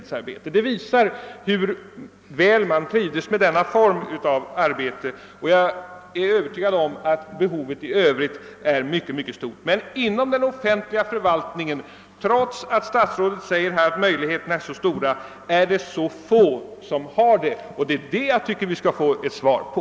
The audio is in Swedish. De visar hur väl de trivdes med denna form av anställning, och jag är övertygad om att behovet av fler sådana tjänster är mycket stort. Men inom den offentliga förvaltningen är det endast ett fåtal som har halvtidstjänster trots att statsrådet säger att möjligheterna att erhålla sådana är stora. Det är frågan om vad orsaken till detta förhållande kan vara som jag tycker att vi bör få svar på.